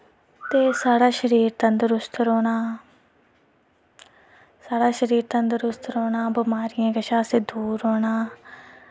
ते साढ़ा शरीर तंदरुस्त रौह्ना साढ़ा शरीर तंदरुस्त रौह्ना ते बमारियें कशा असें दूर रौह्ना